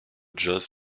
jazz